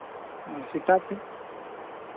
ᱮᱸ ᱥᱮᱛᱟᱜ